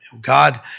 god